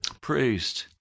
praised